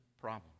problem